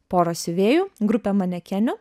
pora siuvėjų grupė manekenių